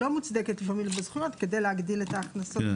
לא מוצדקת לפעמים בזכויות כדי להגדיל את ההכנסות.